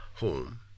home